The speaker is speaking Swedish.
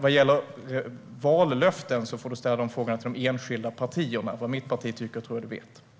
Vad gäller vallöften får Johnny Skalin ställa de frågorna till de enskilda partierna. Vad mitt parti tycker tror jag att Johnny Skalin vet.